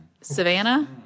Savannah